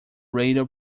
radio